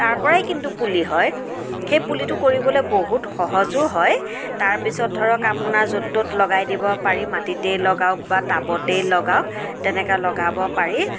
তাৰপৰাই কিন্তু পুলি হয় সেই পুলিটো কৰিবলৈ বহুত সহজো হয় তাৰপিছত ধৰক আপোনাৰ য'ত ত'ত লগাই দিব পাৰি মাটিতে লগাওঁক বা টাবতে লগাওঁক তেনেকৈ লগাব পাৰি